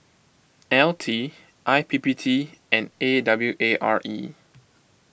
L T I P P T and A W A R E